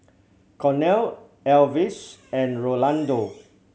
Cornel Alvis and Rolando